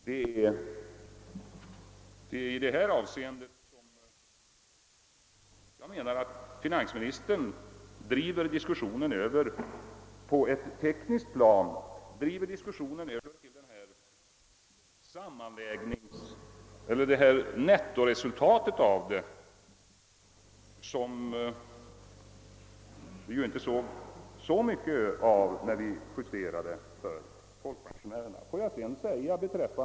Det är i detta avseende jag menar att finansministern driver diskussionen över på ett tekniskt plan och ser till nettoresultatet för statsfinanserna i mycket större utsträckning än vid justeringen för folkpensionärerna.